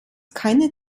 keine